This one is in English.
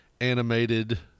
animated